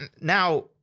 now